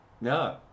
No